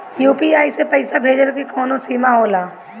UPI से पईसा भेजल के कौनो सीमा होला?